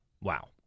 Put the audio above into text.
Wow